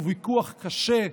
הוא ויכוח קשה ומר,